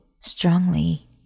strongly